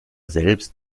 selbst